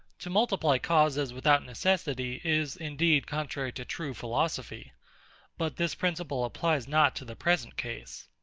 to multiply causes without necessity, is indeed contrary to true philosophy but this principle applies not to the present case.